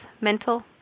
mental